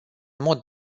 mod